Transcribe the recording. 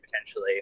potentially